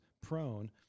prone